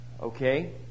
Okay